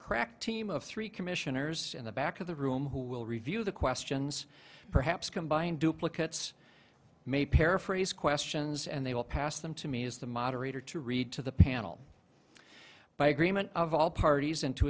crack team of three commissioners in the back of the room who will review the questions perhaps combined duplicate may paraphrase questions and they will pass them to me as the moderator to read to the panel by agreement of all parties and to